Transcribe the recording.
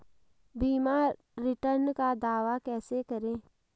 बीमा रिटर्न का दावा कैसे करें?